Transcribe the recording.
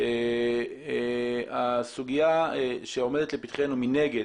הסוגיה שעומדת לפתחנו מנגד